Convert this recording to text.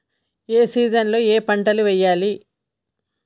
ఏ season లో ఏం పంటలు వెయ్యాలి?